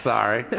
Sorry